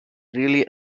really